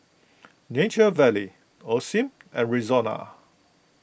Nature Valley Osim and Rexona